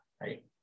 right